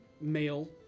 male